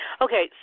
Okay